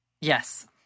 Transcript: yes